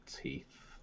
teeth